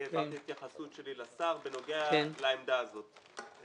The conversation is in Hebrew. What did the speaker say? העברתי התייחסות שלי לשר בנוגע לעמדה הזאת.